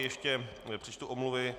Ještě přečtu omluvy.